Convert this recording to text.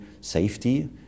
safety